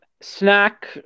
Snack